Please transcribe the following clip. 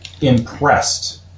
impressed